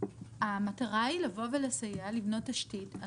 המטרה היא לבוא ולסייע לבנות תשתיות.